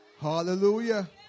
Hallelujah